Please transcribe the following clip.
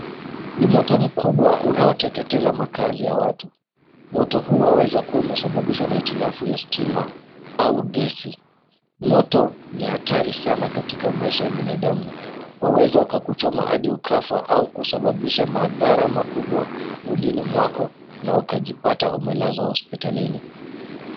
Ni moto mkubwa unaoteketeza makazi ya watu. Moto huu waweza kuwa umesababishwa na hitilafu ya stima au gesi. Moto ni hatari sana katika maisha ya binadamu. Waweza kuchoma hadi ukafa aukusababisha madhara makubwa mwilini mwako na ukajipata umelazwa hospitalini.